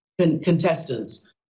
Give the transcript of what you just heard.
contestants